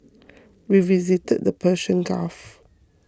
we visited the Persian Gulf